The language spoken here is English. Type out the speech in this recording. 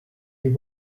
you